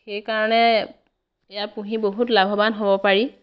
সেইকাৰণে এইয়া পুহি বহুত লাভৱান হ'ব পাৰি